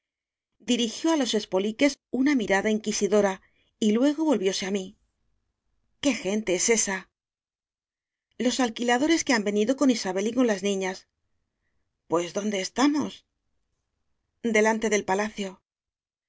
dirigió á los espoliques una mirada inquisidora y luego volvióse á mí qué gente es esa los alquiladores que han venido con isabel y con las niñas pues dónde estamos delante del palacio